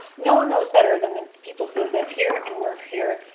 no one knows better than the people who live here and work here